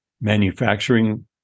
manufacturing